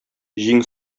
җиң